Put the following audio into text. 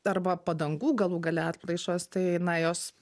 arba padangų galų gale atplaišos tai na jos